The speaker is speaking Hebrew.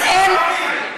אז אין,